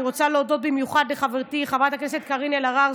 אני רוצה להודות במיוחד לחברתי חברת הכנסת קארין אלהרר,